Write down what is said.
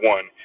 One